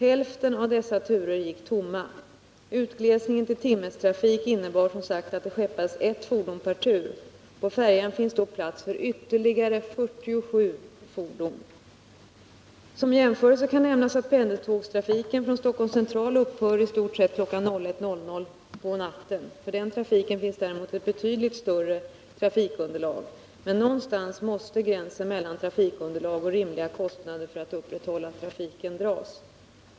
Hälften av dessa turer gick tomma. Utglesningen till timmerstrafik innebar som sagt att det skeppades ett fordon per tur. På färjan finns dock plats för ytterligare 47 fordon. Som jämförelse kan nämnas att pendeltågstrafiken från Stockholms central istort sett upphör 01.00 på natten. För den trafiken finns däremot ett betydligt större trafikunderlag. Men någonstans måstt gränsen mellan trafikunderlag och rimliga kostnader för att upprätthålla trafiken dras.